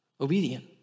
obedient